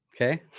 okay